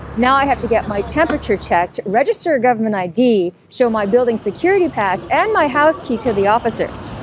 now i have to get my temperature checked, register a government i d. so my building security pass and my house key to the officers.